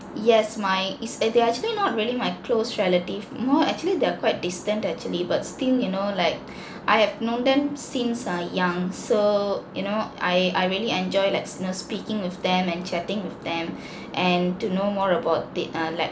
yes my it's they are actually not really my close relative more actually they're quite distant actually but still you know like I have known them since err young so you know I I really enjoy like you know speaking with them and chatting with them and to know more about they err like